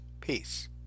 Peace